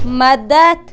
مدد